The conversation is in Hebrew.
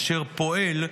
אשר פועל,